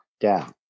Down